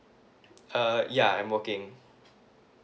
uh ya I'm working